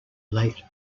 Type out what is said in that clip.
late